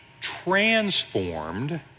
transformed